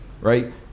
right